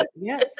Yes